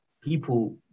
people